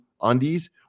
undies